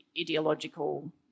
ideological